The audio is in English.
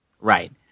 Right